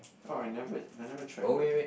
oh I never I never have tried dude